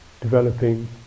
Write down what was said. developing